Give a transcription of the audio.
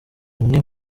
umwe